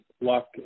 luck